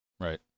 Right